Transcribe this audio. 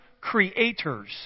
creators